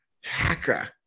hacker